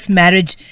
marriage